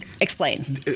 Explain